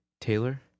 Taylor